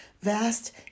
vast